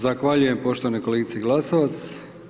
Zahvaljujem poštovanoj kolegici Glasovac.